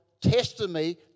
testimony